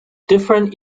different